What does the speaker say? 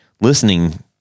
listening